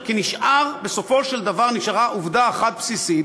כי בסופו של דבר נשארה עובדה אחת בסיסית: